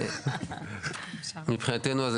אז מבחינתנו,